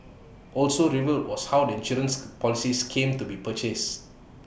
also revealed was how the insurance policies came to be purchased